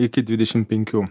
iki dvidešim penkių